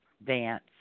Vance